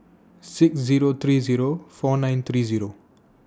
six Zero three Zero four nine three Zero